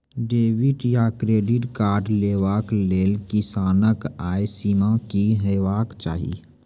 Debit या credit card लेवाक लेल किसानक आय सीमा की हेवाक चाही?